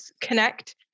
connect